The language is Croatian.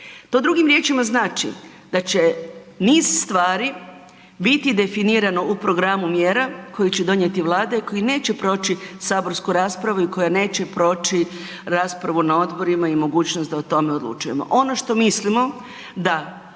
To drugim riječima znači, da će niz stvari biti definirano u programu mjera koji će donijeti Vlada koji neće proći saborsku raspravu i koja neće proći raspravu na odborima i mogućnost da o tome odlučujemo. Ono što mislimo, da